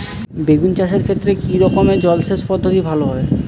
বেগুন চাষের ক্ষেত্রে কি রকমের জলসেচ পদ্ধতি ভালো হয়?